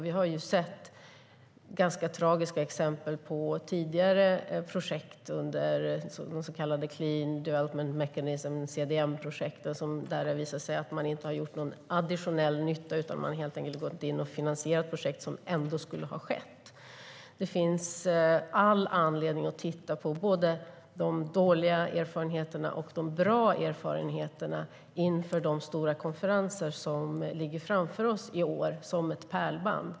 Vi har sett ganska tragiska exempel på tidigare projekt under clean development mechanism, de så kallade CDM-projekten, där det har visat sig att man inte har gjort någon additionell nytta utan helt enkelt har gått in och finansierat projekt som ändå skulle ha skett. Det finns all anledning att titta på både de dåliga och de bra erfarenheterna inför de stora konferenser som ligger framför oss som ett pärlband.